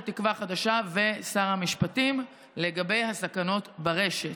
תקווה חדשה ושר המשפטים לגבי הסכנות ברשת.